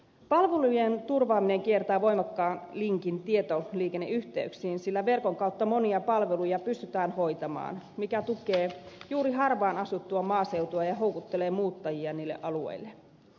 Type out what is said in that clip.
palvelujen turvaaminen kiertää voimakkaan linkin tietoliikenneyhteyksiin sillä verkon kautta monia palveluja pystytään hoitamaan mikä tukee juuri harvaanasuttua maaseutua ja houkuttelee muuttajia niille alueille